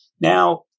Now